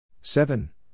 seven